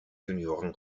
junioren